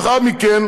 לאחר מכן